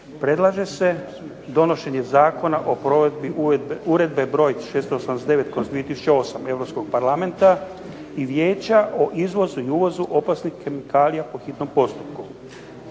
predlaže se donošenje Zakona o provedbi Uredbe br. 689/2008. Europskog parlamenta i vijeća o izvozu i uvozu opasnih kemikalija po hitnom postupku.